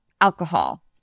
alcohol